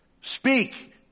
Speak